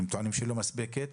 הם טוענים שהיא לא מספקת.